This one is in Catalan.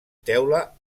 teula